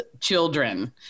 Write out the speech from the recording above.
children